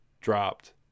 dropped